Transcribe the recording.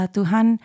Tuhan